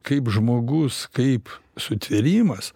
kaip žmogus kaip sutvėrimas